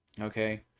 okay